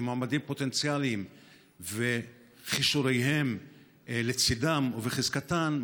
כמועמדים פוטנציאליים וכישוריהם לצידם ובחזקתם,